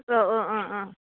औ औ अ अ